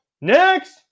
Next